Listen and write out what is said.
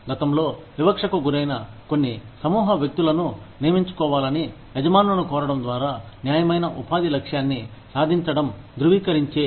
గతంలో వివక్షకు గురైన కొన్ని సమూహ వ్యక్తులను నియమించుకోవాలని యజమానులను కోరడం ద్వారా న్యాయమైన ఉపాధి లక్ష్యాన్ని సాధించడం ధ్రువీకరించే